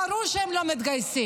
ברור שהם לא מתגייסים.